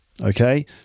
Okay